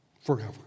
Forever